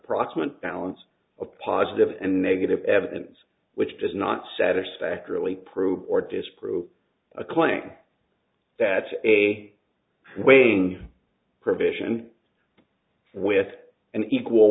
approximate balance of positive and negative evidence which does not satisfactorily prove or disprove a claim that a waiting provision with an equal